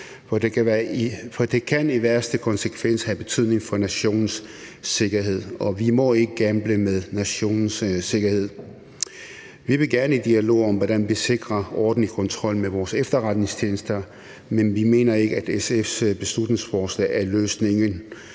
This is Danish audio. For det kan som værste konsekvens have betydning for nationens sikkerhed, og vi må ikke gamble med nationens sikkerhed. Vi vil gerne i dialog om, hvordan vi sikrer en ordentlig kontrol med vores efterretningstjenester, men vi mener ikke, at SF's beslutningsforslag er løsningen.